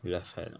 your left hand ah